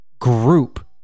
group